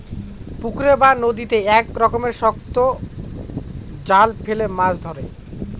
পুকুরে বা নদীতে এক রকমের শক্ত জাল ফেলে মাছ ধরে